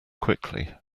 quickly